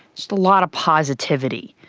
just a lot of positivity.